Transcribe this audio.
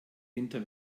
winter